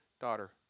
daughter